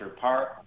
Park